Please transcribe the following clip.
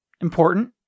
important